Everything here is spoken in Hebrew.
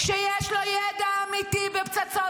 אמרת פעם אחת,